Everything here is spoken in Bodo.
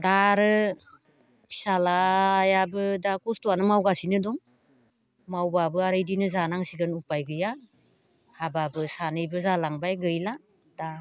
दा आरो फिसाज्लायाबो दा खस्थ'आनो मावगासिनो दं मावबाबो आरो बिदिनो जानांसिगोन उफाय गैया हाबाबो सानैबो जालांबाय गैला दा